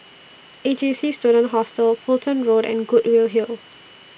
A J C Student Hostel Fulton Road and Goodwood Hill